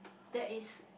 that is